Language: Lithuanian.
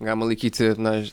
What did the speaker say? galima laikyti na